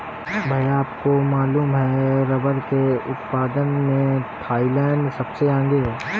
भैया आपको मालूम है रब्बर के उत्पादन में थाईलैंड सबसे आगे हैं